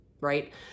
right